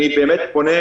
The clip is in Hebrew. אני באמת פונה,